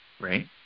Right